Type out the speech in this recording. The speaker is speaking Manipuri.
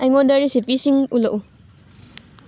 ꯑꯩꯉꯣꯟꯗ ꯔꯤꯁꯤꯄꯤꯁꯤꯡ ꯎꯠꯂꯛꯎ